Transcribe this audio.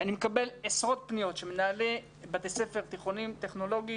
אני מקבל עשרות פניות של מנהלי בתי ספר תיכוניים טכנולוגיים.